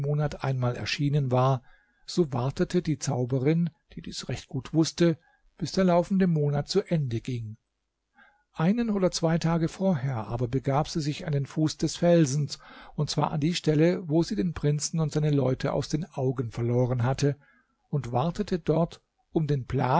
einmal erschienen war so wartete die zauberin die dies recht gut wußte bis der laufende monat zu ende ging einen oder zwei tage vorher aber begab sie sich an den fuß des felsen und zwar an die stelle wo sie den prinzen und seine leute aus den augen verloren hatte und wartete dort um den plan